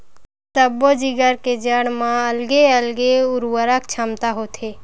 सब्बो जिगर के जड़ म अलगे अलगे उरवरक छमता होथे